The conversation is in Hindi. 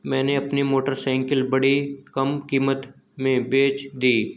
मैंने अपनी मोटरसाइकिल बड़ी कम कीमत में बेंच दी